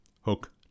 Hook